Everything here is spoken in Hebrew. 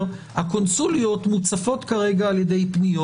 הקונסוליות מוצפות כרגע על ידי פניות.